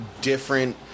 different